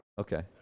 Okay